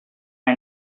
her